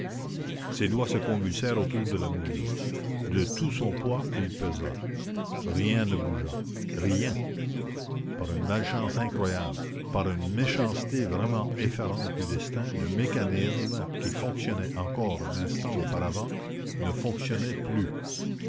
ses doigts se convulsèrent autour de la moulure de tout son poids il pesa rien ne bougea rien par une malechance incroyable par une méchanceté vraiment effarante du destin le mécanisme qui fonctionnait encore un instant auparavant ne fonctionnait plus